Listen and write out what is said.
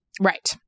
Right